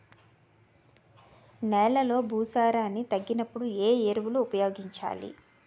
నెలలో భూసారాన్ని తగ్గినప్పుడు, ఏ ఎరువులు ఉపయోగించాలి?